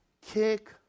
kick